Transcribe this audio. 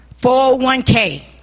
401K